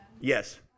Yes